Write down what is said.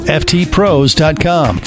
ftpros.com